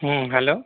হুম hello